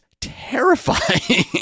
terrifying